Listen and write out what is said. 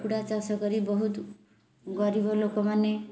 କୁକୁଡ଼ା ଚାଷ କରି ବହୁତ ଗରିବ ଲୋକମାନେ